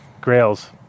Grails